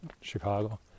Chicago